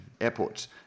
airports